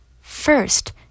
First